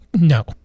no